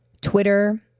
Twitter